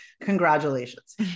congratulations